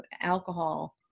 alcohol